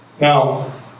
Now